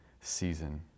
season